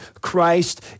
Christ